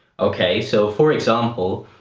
okay, so for example,